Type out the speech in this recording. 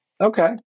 Okay